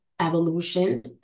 evolution